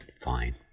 fine